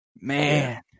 man